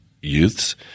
youths